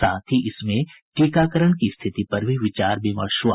साथ ही इसमें टीकाकरण की स्थिति पर भी विचार विमर्श हुआ